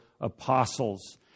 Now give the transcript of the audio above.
apostles